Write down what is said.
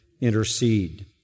intercede